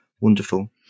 Wonderful